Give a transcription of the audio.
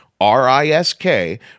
R-I-S-K